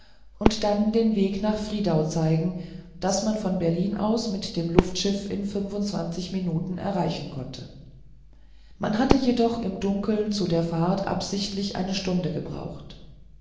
und dann den weg nach friedau zeigen das man von berlin aus mit dem luftschiff in minuten erreichen konnte man hatte jedoch im dunkeln zu der fahrt absichtlich eine stunde gebraucht